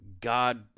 God